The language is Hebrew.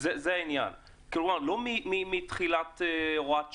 כלומר לא מתחילת הוראת שעה.